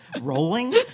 Rolling